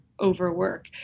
overwork